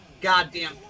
goddamn